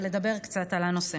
ולדבר קצת על הנושא: